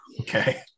Okay